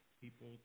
people